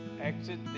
exit